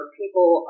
people